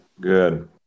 good